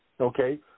Okay